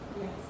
Yes